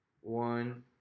one